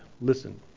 listen